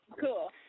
Cool